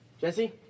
Jesse